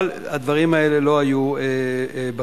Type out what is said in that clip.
אבל הדברים האלה לא היו בחוק.